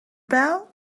bell